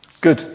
Good